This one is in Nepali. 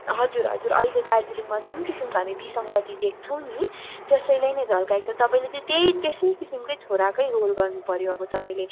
हजुर हजुर अहिले दार्जिलिङमा जुन किसिमको हामी विसङ्गति देख्छौँ नि त्यसलाई नै झल्काएको छ तपाईँले चाहिँ त्यही त्यस किसिमको छोराको रोल गर्नु पऱ्यो अब तपाईँले